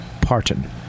Parton